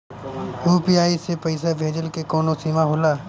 UPI से पईसा भेजल के कौनो सीमा होला?